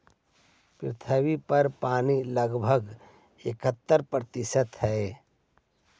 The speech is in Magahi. पृथ्वी पर पानी लगभग इकहत्तर प्रतिशत हई